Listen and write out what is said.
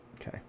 Okay